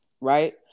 right